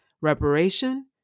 Reparation